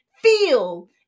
Feel